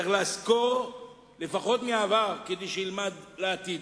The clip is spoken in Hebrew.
צריך לזכור לפחות מהעבר כדי שילמד לעתיד.